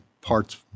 parts